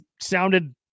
sounded